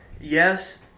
Yes